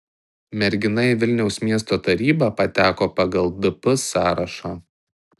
mergina į vilniaus miesto tarybą pateko pagal dp sąrašą